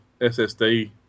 SSD